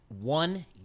one